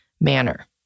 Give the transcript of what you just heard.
manner